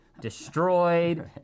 destroyed